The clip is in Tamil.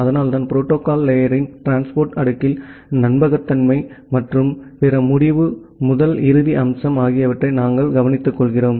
அதனால்தான் புரோட்டோகால் லேயர்ரின் டிரான்ஸ்போர்ட் அடுக்கில் நம்பகத்தன்மை மற்றும் பிற முடிவு முதல் இறுதி அம்சம் ஆகியவற்றை நாங்கள் கவனித்துக்கொள்கிறோம்